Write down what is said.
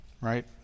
right